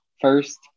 first